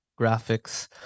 graphics